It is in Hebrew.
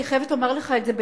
אני חייבת לומר לך את זה בצער: